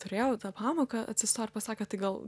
turėjau tą pamoką atsistojo ir pasakė tai gal